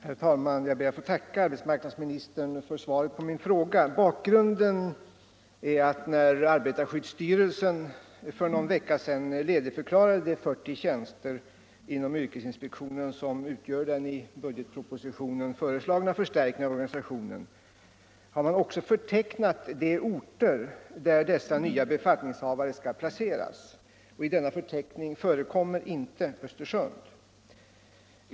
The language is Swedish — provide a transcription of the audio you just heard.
Herr talman! Jag ber att få tacka arbetsmarknadsministern för svaret på min fråga. Bakgrunden till frågan är att när arbetarskyddsstyrelsen för någon vecka sedan ledigförklarade de 40 tjänster inom yrkesinspektionen som utgör den i budgetpropositionen föreslagna förstärkningen av organisationen har också de orter förtecknats där dessa nya befattningshavare skall placeras. I denna förteckning förekommer inte Östersund.